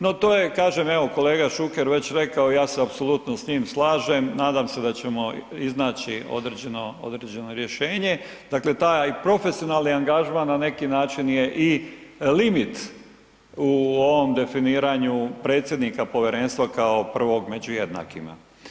No to je, kažem, evo kolega Šuker već rekao, ja se apsolutno s njim slažem, nadam se da ćemo iznaći određeno rješenje, dakle taj profesionalni angažman na neki način je i limit u ovom definiraju predsjednika povjerenstva kao prvog među jednakima.